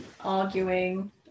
arguing